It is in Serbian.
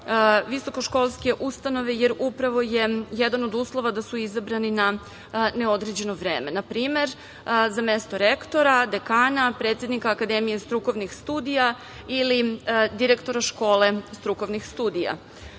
visokoškolske ustanove, jer upravo je jedan od uslova da su izabrani na neodređeno vreme. Na primer, za mesto rektora, dekana, predsednika Akademije strukovnih studija ili direktora škole strukovnih studija. Osvrnuću